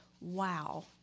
wow